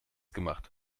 gemacht